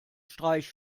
streich